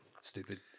stupid